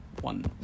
One